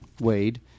Wade